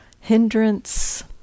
hindrance